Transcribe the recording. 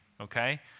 okay